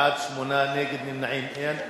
בעד, 8, נגד ונמנעים, אין.